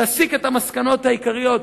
תסיק את המסקנות העיקריות,